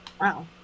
wow